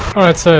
alright. so,